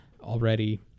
already